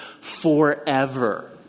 forever